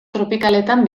tropikaletan